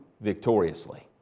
victoriously